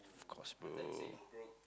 of course bro